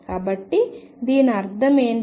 కాబట్టి దీని అర్థం ఏమిటి